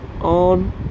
on